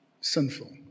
sinful